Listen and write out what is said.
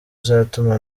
izatuma